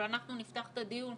אבל אנחנו נפתח את הדיון,